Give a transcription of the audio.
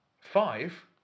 Five